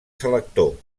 selector